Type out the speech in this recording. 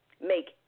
make